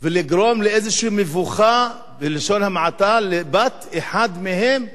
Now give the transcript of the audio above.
לגרום לאיזושהי מבוכה, בלשון המעטה, לבת אחד מהם,